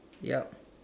ya